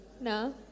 no